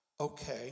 okay